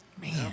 man